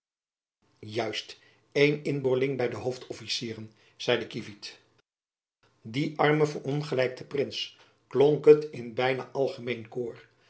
juist één inboorling by de hoofdofficieren zeide kievit jacob van lennep elizabeth musch die arme verongelijkte prins klonk het in byna algemeen koor